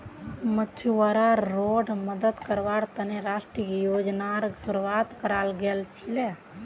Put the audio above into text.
मछुवाराड मदद कावार तने राष्ट्रीय योजनार शुरुआत कराल गेल छीले